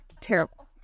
terrible